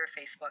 facebook